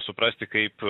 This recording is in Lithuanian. suprasti kaip